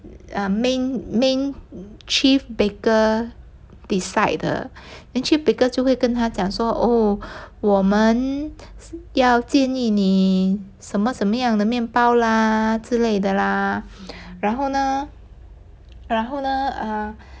um main main chief baker decide 的 then chief baker 就会跟他讲说喔我们要建议你什么什么样的面包啦之类的啦然后呢然后呢啊